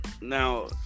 now